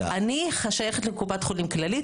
אני שייכת לקופת חולים כללית.